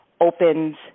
opens